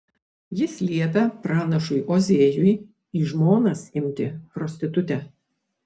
jis liepia pranašui ozėjui į žmonas imti prostitutę